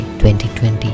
2020